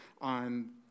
on